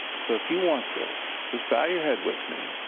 so if you want this, just bow your head with me.